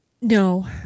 No